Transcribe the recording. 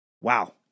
wow